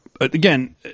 Again